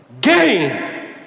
game